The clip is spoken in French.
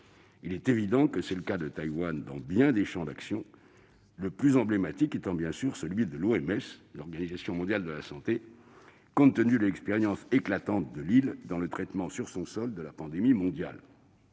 Il est évident que c'est le cas de Taïwan dans bien des champs d'action, le plus emblématique étant bien sûr celui de l'Organisation mondiale de la santé (OMS), compte tenu de l'expérience éclatante de l'île en ce qui concerne la gestion de la pandémie mondiale